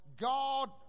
God